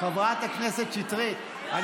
חברת הכנסת שטרית.